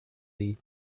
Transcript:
die